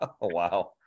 wow